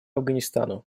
афганистану